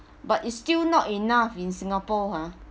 but it's still not enough in singapore ha